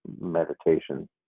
meditation